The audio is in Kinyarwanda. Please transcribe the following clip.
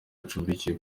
acumbikiwe